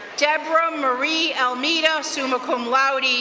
debra marie almeida, summa cum laude,